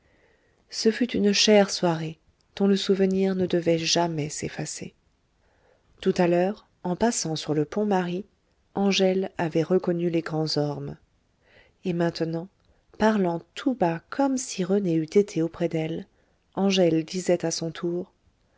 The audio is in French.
ce fut une chère soirée dont le souvenir ne devait jamais s'effacer tout à l'heure en passant sur le pont marie angèle avait reconnu les grands ormes et maintenant parlant tout bas comme si rené eût été auprès d'elle angèle disait à son tour